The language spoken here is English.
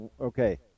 Okay